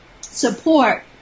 support